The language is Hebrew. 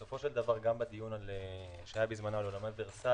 בסופו של דבר גם בדיון שהיה בזמנו על אולם ורסאי